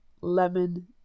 lemon